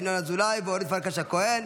ינון אזולאי ואורית פרקש הכהן.